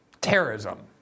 terrorism